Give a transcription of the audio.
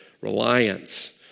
reliance